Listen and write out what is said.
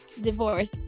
divorce